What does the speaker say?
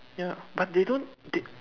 ya but they don't they